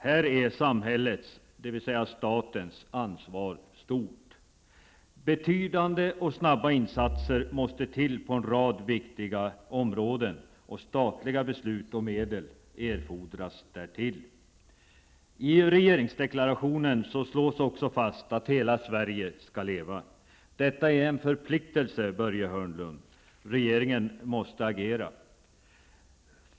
Här är samhällets, dvs. statens, ansvar stort. Betydande och snabba insatser måste till på en rad viktiga områden. Statliga beslut och medel erfordras därtill. I regeringsdeklarationen slås också fast att hela Sverige skall leva. Detta är en förpliktelse, Börje Hörnlund -- regeringen måste agera.